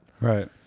Right